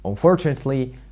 Unfortunately